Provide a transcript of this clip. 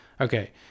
okay